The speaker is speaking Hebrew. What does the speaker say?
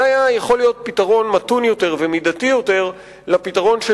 זה היה יכול להיות פתרון מתון יותר ומידתי יותר לפתרון של